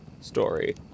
story